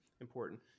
important